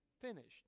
Finished